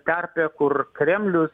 terpė kur kremlius